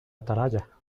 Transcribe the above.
atalaya